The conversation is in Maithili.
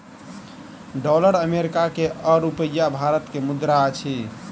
डॉलर अमेरिका के आ रूपया भारत के मुद्रा अछि